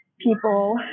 people